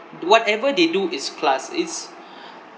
whatever they do is class is